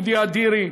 לאודי אדירי,